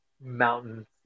mountains